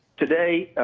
today,